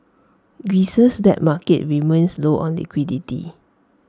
Greece's debt market remains low on liquidity